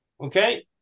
Okay